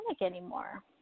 anymore